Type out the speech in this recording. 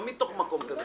לא באתי מתוך מקום אחר.